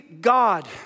God